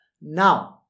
Now